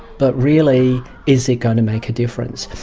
but really is it going to make a difference?